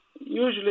Usually